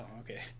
okay